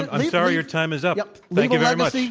and and sorry. you're time is up. yep. thank you very much.